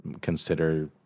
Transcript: consider